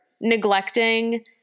neglecting